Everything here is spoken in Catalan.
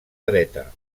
dreta